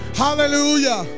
hallelujah